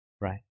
Right